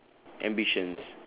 ambitions